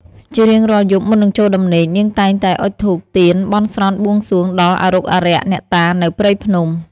ជារៀងរាល់យប់ មុននឹងចូលដំណេក នាងតែងតែអុជធូបទៀនបន់ស្រន់បួងសួងដល់អារុក្ខអារក្ខអ្នកតានៅព្រៃភ្នំ។